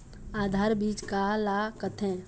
आधार बीज का ला कथें?